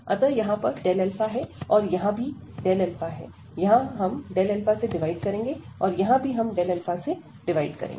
अतः यहां पर Δα है और यहां भी Δα है यहां हम Δα से डिवाइड करेंगे और यहां भी Δα से डिवाइड करेंगे